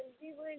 ଜଲ୍ଦି ବଏଲେ